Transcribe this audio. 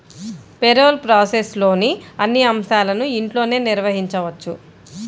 payroll ప్రాసెస్లోని అన్ని అంశాలను ఇంట్లోనే నిర్వహించవచ్చు